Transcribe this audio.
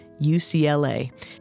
UCLA